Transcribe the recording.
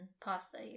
pasta